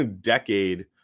decade